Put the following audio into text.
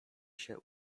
się